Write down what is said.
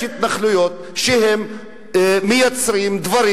יש התנחלויות, שהם מייצרים דברים.